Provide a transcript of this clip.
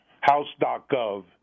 house.gov